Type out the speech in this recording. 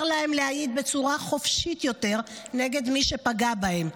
להם להעיד בצורה חופשית יותר נגד מי שפגע בהם.